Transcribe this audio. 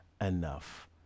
enough